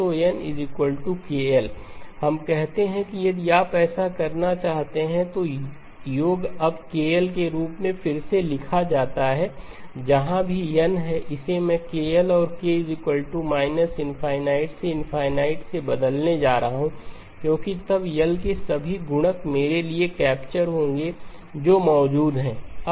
तो n kL हम कहते हैं कि यदि आप ऐसा करना चाहते हैं तो यह योग अब n ∞ ∞xEkLZ kL के रूप में फिर से लिखा जाता है जहाँ भी n है मैं इसे kL और k −∞से ∞ से बदलने जा रहा हूँ क्योंकि तब L के सभी गुणक मेरे लिए कैप्चर होंगे जो मौजूद हैं